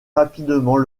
rapidement